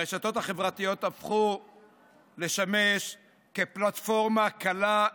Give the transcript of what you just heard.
הרשתות החברתיות הפכו לשמש פלטפורמה קלה,